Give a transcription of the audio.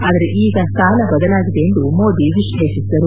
ಆದರೆ ಈಗ ಕಾಲ ಬದಲಾಗಿದೆ ಎಂದು ಮೋದಿ ವಿಶ್ಲೇಷಿಸಿದರು